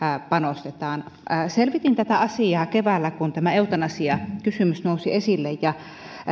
panostetaan selvitin tätä asiaa keväällä kun tämä eutanasiakysymys nousi esille ja